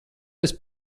esi